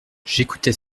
j’écoutais